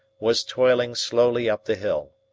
was toiling slowly up the hill.